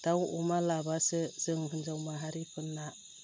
दाव अमा लाबासो जों हिन्जाव माहारिफोरना